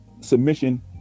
submission